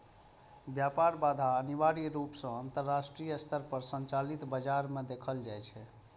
व्यापार बाधा अनिवार्य रूप सं अंतरराष्ट्रीय स्तर पर संचालित बाजार मे देखल जाइ छै